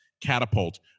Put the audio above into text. catapult